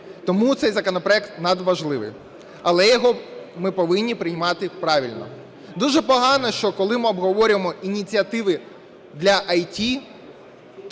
Тому цей законопроект надважливий, але його ми повинні приймати правильно. Дуже погано, що коли ми обговорюємо ініціативи для ІТ,